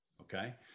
okay